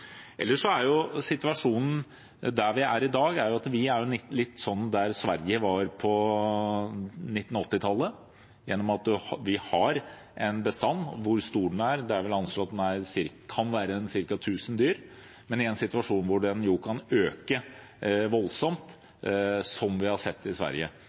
Ellers er jo situasjonen i dag at vi er litt der som Sverige var på 1980-tallet, gjennom at vi har en bestand. Bestanden er vel anslått til ca. 1 000 dyr, men det kan øke voldsomt, som vi har sett i Sverige.